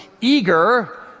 eager